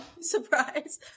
Surprise